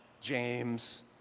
James